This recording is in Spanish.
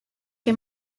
que